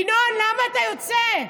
ינון, למה אתה יוצא?